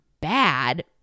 bad